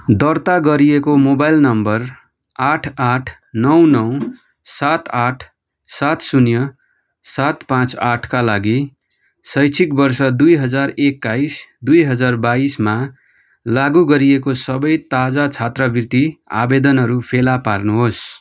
दर्ता गरिएको mobile number आठ आठ नौ नौ सात आठ सात शून्य सात पाँच आठका लागि शैक्षिक वर्ष दुई हजार एक्काइस दुई हजार बाइसमा लागु गरिएको सबै ताजा छात्रवृति आवेदनहरू फेला पार्नुहोस्